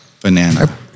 Banana